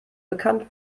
bekannt